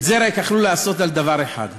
את זה יכלו לעשות רק על דבר אחד.